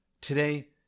Today